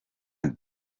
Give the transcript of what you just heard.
ali